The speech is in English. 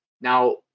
Now